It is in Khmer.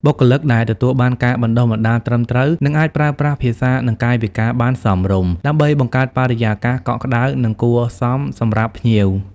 បុគ្គលិកដែលទទួលបានការបណ្តុះបណ្តាលត្រឹមត្រូវ នឹងអាចប្រើប្រាស់ភាសា និងកាយវិការបានសមរម្យ ដើម្បីបង្កើតបរិយាកាសកក់ក្តៅ និងគួរសមសម្រាប់ភ្ញៀវ។